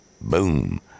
boom